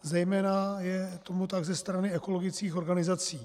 Zejména je tomu tak ze strany ekologických organizací.